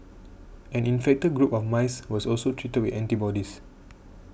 an infected group of mice was also treated with antibodies